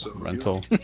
Rental